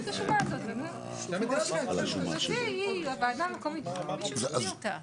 והיא ננקטת בפועל.